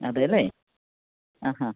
അതെയല്ലേ ആ ഹാ